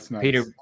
Peter